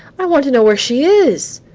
i want to know where she is!